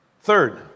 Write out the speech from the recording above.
Third